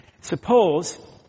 Suppose